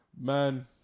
man